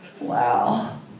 Wow